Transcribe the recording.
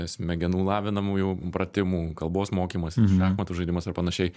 smegenų lavinamųjų pratimų kalbos mokymosi šachmatų žaidimas ar panašiai